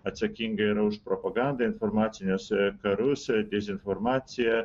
atsakinga yra už propagandą informacinius karus dezinformaciją